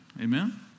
Amen